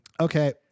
Okay